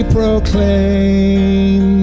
proclaim